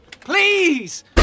please